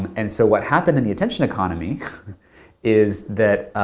and so what happened in the attention economy is that,